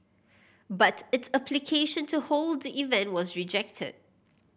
but its application to hold the event was rejected